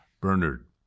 Bernard